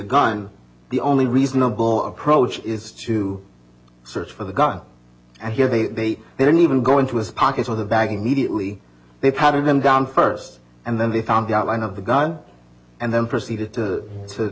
gun the only reasonable approach is to search for the gun and here they didn't even go into his pockets with a bag mediately they patted him down first and then they found the outline of the gun and then proceeded to to